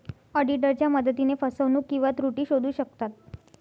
ऑडिटरच्या मदतीने फसवणूक किंवा त्रुटी शोधू शकतात